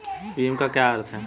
भीम का क्या अर्थ है?